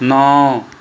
ਨੌ